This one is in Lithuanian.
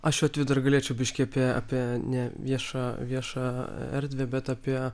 aš vat dar galėčiau biški apie ne viešą viešą erdvę bet apie